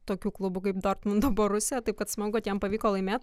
tokių klubų kaip dortmundo borusija taip kad smagu tiem pavyko laimėt